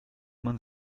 man